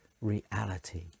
reality